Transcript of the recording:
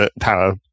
power